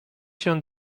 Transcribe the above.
się